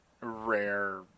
rare